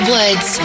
Woods